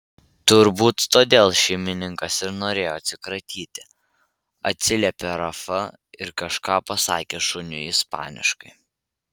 turbūt todėl šeimininkas ir norėjo atsikratyti atsiliepė rafa ir kažką pasakė šuniui ispaniškai